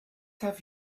have